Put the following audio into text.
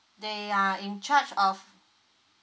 they are in charge of